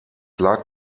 lag